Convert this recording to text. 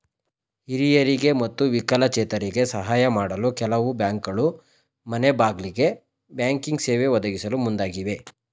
ಹಿರಿಯರಿಗೆ ಮತ್ತು ವಿಕಲಚೇತರಿಗೆ ಸಾಹಯ ಮಾಡಲು ಕೆಲವು ಬ್ಯಾಂಕ್ಗಳು ಮನೆಗ್ಬಾಗಿಲಿಗೆ ಬ್ಯಾಂಕಿಂಗ್ ಸೇವೆ ಒದಗಿಸಲು ಮುಂದಾಗಿವೆ